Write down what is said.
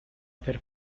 hacer